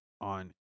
on